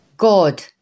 God